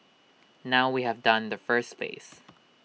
now we have done the first phase